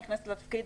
נכנסת לתפקיד,